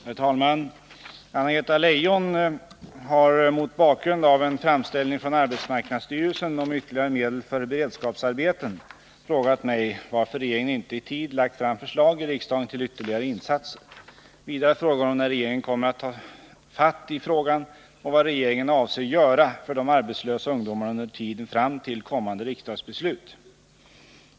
Herr talman! Anna-Greta Leijon har mot bakgrund av en framställning från arbetsmarknadsstyrelsen om ytterligare medel för beredskapsarbeten frågat mig varför regeringen inte i tid lagt fram förslag i riksdagen till ytterligare insatser. Vidare frågar hon när regeringen kommer att ta fatt i frågan och vad regeringen avser göra för de arbetslösa ungdomarna under tiden fram till kommande riksdagsbeslut.